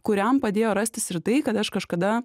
kuriam padėjo rastis ir tai kad aš kažkada